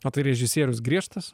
o tai režisierius griežtas